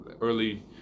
early